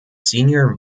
senior